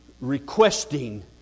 requesting